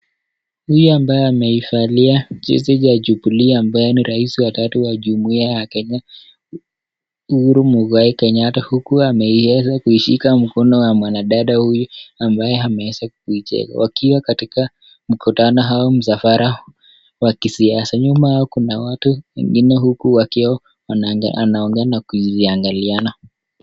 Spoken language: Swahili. Huyu ambaye ameivalia jezi ya jubilee ambaye ni raisi watatu wa jumuhia ya Kenya Uhuru Mwigai Kenyatta, huku ameweza kuishika mkono wa mwana dada huyu ambaye ameweza kuicheka, wakiwa katika mkutano au msafara wa kisiasa. Nyuma yao Kuna watu wengine huku wakiwa wanaongea na kuiangaliana.